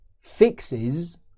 fixes